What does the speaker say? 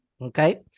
Okay